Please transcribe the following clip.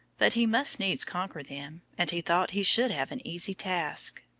but he must needs conquer them, and he thought he should have an easy task.